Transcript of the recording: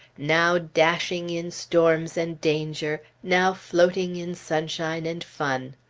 now dashing in storms and danger, now floating in sunshine and fun!